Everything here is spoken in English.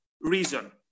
reason